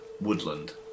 woodland